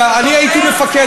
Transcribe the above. אני הייתי מפקד,